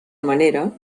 manera